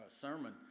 sermon